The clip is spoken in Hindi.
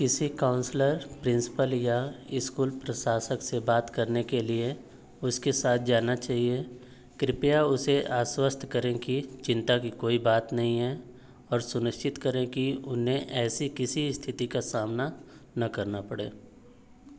किसी काउंसलर प्रिंसिपल या स्कूल प्रशासक से बात करने के लिए उसके साथ जाना चाहिए कृपया उसे आश्वस्त करें कि चिंता की कोई बात नहीं है और सुनिश्चित करें कि उन्हें ऐसी किसी स्थिति का सामना न करना पड़े